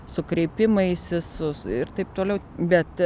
su kreipimaisi su su ir taip toliau bet